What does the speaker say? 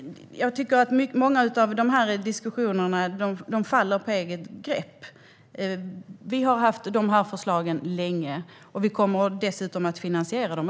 Många av diskussionerna faller på eget grepp. Vi har haft de här förslagen länge. Vi kommer dessutom att finansiera dem.